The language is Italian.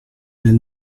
nel